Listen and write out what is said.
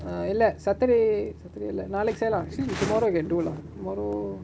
ah இல்ல:illa saturday saturday இல்ல நாளைக்கு செய்யலா:illa naalaiku seiyalaa see tomorrow can do lah tomorrow